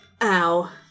Ow